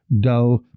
dull